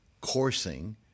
coursing